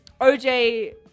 OJ